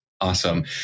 Awesome